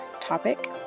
topic